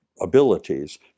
abilities